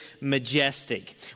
majestic